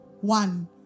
one